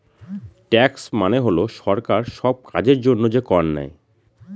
tax মানে হল সরকার সব কাজের জন্য যে কর নেয়